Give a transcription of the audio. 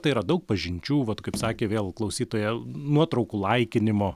tai yra daug pažinčių vat kaip sakė vėl klausytoja nuotraukų laikinimo